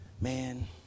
Man